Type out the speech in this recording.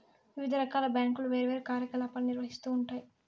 వివిధ రకాల బ్యాంకులు వేర్వేరు కార్యకలాపాలను నిర్వహిత్తూ ఉంటాయి